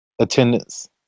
attendance